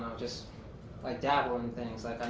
just like dabble in things. i